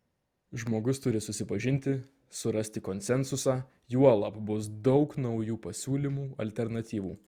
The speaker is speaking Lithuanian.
žmogus turi susipažinti surasti konsensusą juolab bus daug naujų pasiūlymų alternatyvų